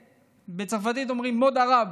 בצרפתית אומרים mode Arab,